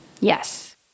Yes